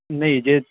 ਨਹੀਂ ਜੇ